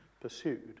pursued